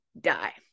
die